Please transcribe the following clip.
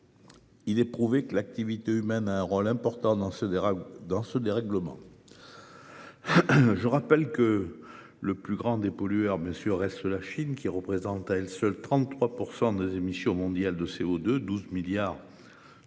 Il est prouvé que l'activité humaine a un rôle important dans ce dérèglement. Je rappelle que le plus grand des pollueurs reste la Chine, qui représente à elle seule 33 % des émissions mondiales de CO2 soit 12 milliards de tonnes,